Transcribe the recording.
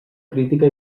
crítica